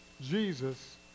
Jesus